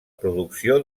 producció